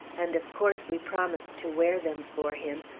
and of course we promised to wear them for him,